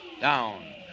Down